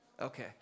Okay